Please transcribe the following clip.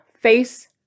face